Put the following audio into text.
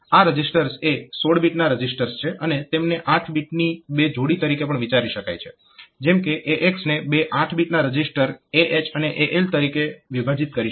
આ રજીસ્ટર્સ એ 16 બીટના રજીસ્ટર છે અને તેમને 8 બીટની બે જોડી તરીકે પણ વિચારી શકાય છે જેમ કે AX ને બે 8 બીટના રજીસ્ટર AH અને AL તરીકે વિભાજીત કરી શકાય છે